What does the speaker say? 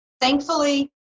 Thankfully